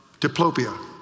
diplopia